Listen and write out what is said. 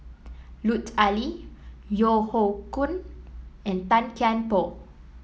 Lut Ali Yeo Hoe Koon and Tan Kian Por